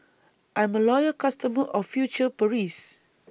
I'm A Loyal customer of future Paris